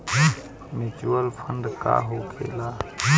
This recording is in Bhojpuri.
म्यूचुअल फंड का होखेला?